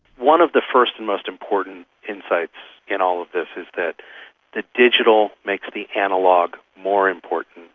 one of the first and most important insights in all of this is that the digital makes the analogue more important,